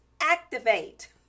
Activate